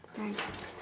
bye